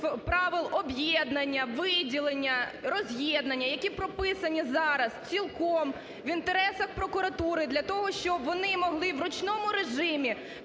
правил об'єднання, виділення, роз'єднання, які прописані зараз цілком в інтересах прокуратури для того, щоб вони могли в ручному режимі